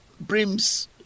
brims